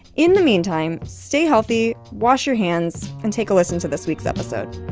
in the meantime, stay healthy. wash your hands. and take a listen to this week's episode